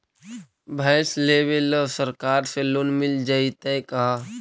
भैंस लेबे ल सरकार से लोन मिल जइतै का?